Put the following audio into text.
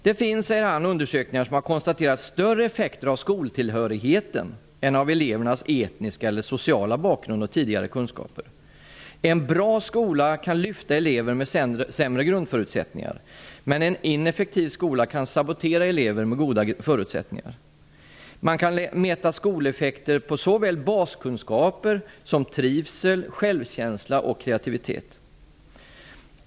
Det finns, säger han, undersökningar som har konstaterat större effekter av skoltillhörigheten än av elevernas etniska eller sociala bakgrund och tidigare kunskaper. En bra skola kan lyfta elever med sämre grundförutsättningar, medan en ineffektiv skola kan sabotera elever med goda förutsättningar. Man kan mäta skoleffekter på såväl baskunskaper som på trivsel, självkänsla och kreativitet.